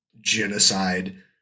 genocide